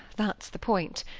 that's the point.